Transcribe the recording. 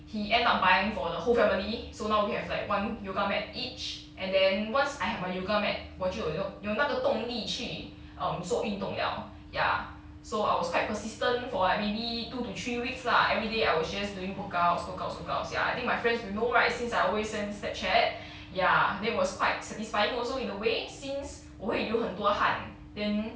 he end up buying for the whole family so now we have like one yoga mat each and then once I had my yoga mat 我就有就有那个动力去 um 做运动了 ya so I was quite persistent for like maybe two to three weeks lah everyday I was just doing workouts workouts ya I think my friends will know right since I always send snapchat ya then it was quite satisfying also in a way since 我会流很多汗 then